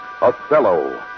Othello